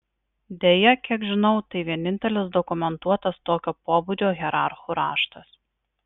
deja kiek žinau tai vienintelis dokumentuotas tokio pobūdžio hierarchų raštas